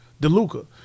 DeLuca